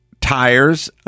tires